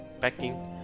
packing